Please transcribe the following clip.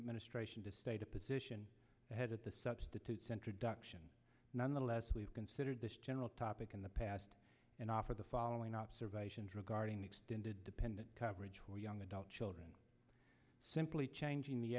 administration to state a position ahead at the substitutes introduction nonetheless we've considered this general topic in the past and offer the following observations regarding extended dependent coverage where young adult children simply changing the